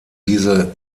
diese